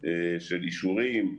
של אישורים,